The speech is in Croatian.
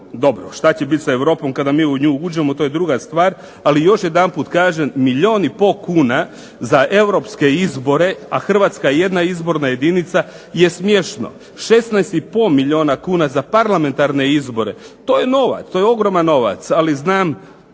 Dobro, šta će biti sa Europom kada mi u nju uđemo to je druga stvar. Ali još jedanput kažem milijun i pol kuna za europske izbore, a Hrvatska je jedna izborna jedinica je smiješno. 16 i pol milijuna kuna za parlamentarne izbore to je novac, to je ogroman novac ali znam